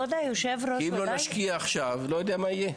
אם לא נשקיע עכשיו, לא יודע מה יהיה.